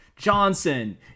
Johnson